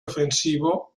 ofensivo